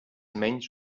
menys